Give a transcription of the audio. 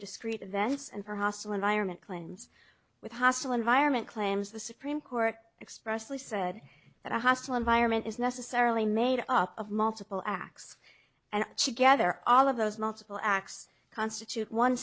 discrete events and for hostile environment claims with hostile environment claims the supreme court expressly said that a hostile environment is necessarily made up of multiple acts and she gather all of those multiple acts constitute one